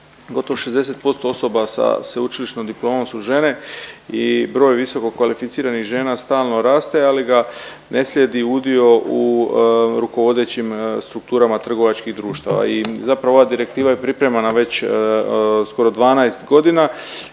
oko 60% osoba sa sveučilišnom diplomom su žene i broj visokokvalificiranih žena stalno raste ali ga ne slijedi udio u rukovodećim strukturama trgovačkih društava i zapravo ova direktiva je pripremana već skoro 12 godina